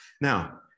Now